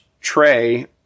tray